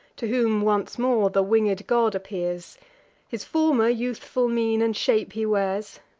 to whom once more the winged god appears his former youthful mien and shape he wears,